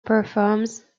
performs